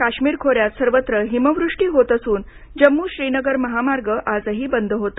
काश्मीर खोऱ्यात सर्वत्र हिमवृष्टी होत असून जम्मू श्रीनगर महामार्ग आजही बंद होता